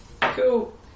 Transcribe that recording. Cool